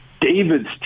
David's